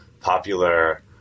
popular